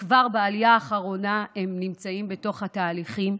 כבר בעלייה האחרונה הם נמצאים בתוך התהליכים,